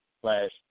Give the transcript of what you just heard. slash